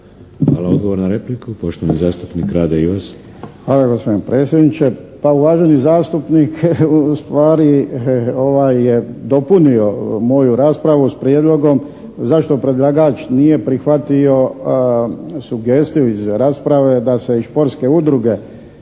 Hvala. Odgovor na repliku poštovani zastupnik Rade Ivas. **Ivas, Rade (HDZ)** Hvala gospodine predsjedniče. Pa uvaženi zastupnik ustvari je dopunio moju raspravu s prijedlogom zašto predlagač nije prihvatio sugestiju iz rasprave da se i športske udruge